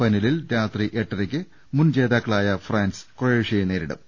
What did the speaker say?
ഫൈനലിൽ രാത്രി എട്ട രയ്ക്ക് മുൻ ജേതാക്കളായ ഫ്രാൻസ് ക്രൊയേഷ്യയെ നേരിടും